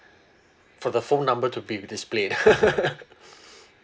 for the full number to be displayed